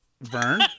Vern